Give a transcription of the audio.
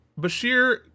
Bashir